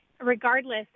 regardless